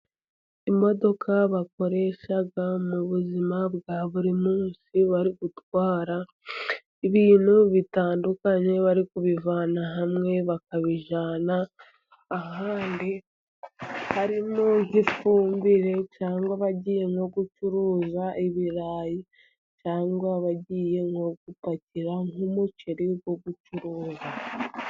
Imodoka bakoresha mu buzima bwa buri munsi, bari gutwara ibintu bitandukanye, bari kubivana hamwe bakabijyana ahandi, harimo nk'ifumbire, cyangwa bagiye no gucuruza ibirayi, cyangwa abagiye nko gupakira nk'umuceri wo gucuruza.